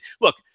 look